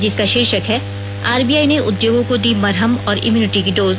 जिसका शीर्षक है आरबीआई ने उद्योगों को दी मरहम और इम्यूनिटी की डोज